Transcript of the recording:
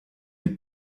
die